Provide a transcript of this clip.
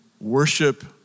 worship